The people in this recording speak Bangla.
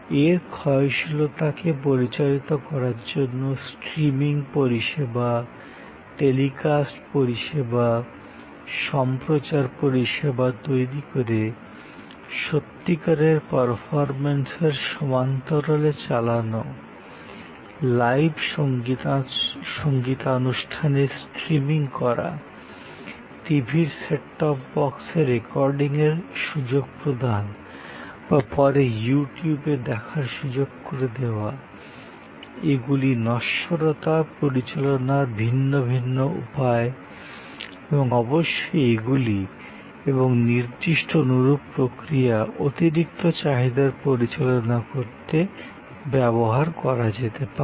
এর ক্ষয়শীলতাকে পরিচালিত করার জন্য স্ট্রিমিং পরিষেবা টেলিকাস্ট পরিষেবা সম্প্রচার পরিষেবা তৈরি করে সত্যিকারের পারফরম্যান্সের সমান্তরালে চালানো লাইভ সংগীতানুষ্ঠানের স্ট্রিমিং করা টিভির সেট টপ বক্সে রেকর্ডিংয়ের সুযোগ প্রদান বা পরে ইউটুবে দেখার সুযোগ করে দেওয়া এগুলি নশ্বরতা পরিচালনার ভিন্ন ভিন্ন উপায় এবং অবশ্যই এগুলি এবং নির্দিষ্ট অনুরূপ প্রক্রিয়া অতিরিক্ত চাহিদার পরিচালনা করতে ব্যবহার করা যেতে পারে